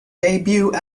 debut